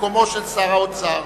במקום שר האוצר.